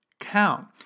count